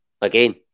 again